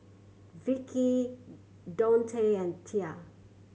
Vicki Dontae and Tia